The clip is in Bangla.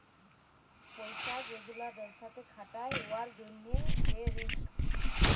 পইসা যে গুলা ব্যবসাতে খাটায় উয়ার জ্যনহে যে রিস্ক